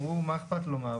מה אכפת לו מה.